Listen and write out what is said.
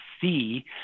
see